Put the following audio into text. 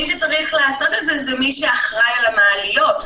מי שצריך לעשות את זה זה מי שאחראי על המעליות,